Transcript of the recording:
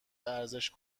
ارزش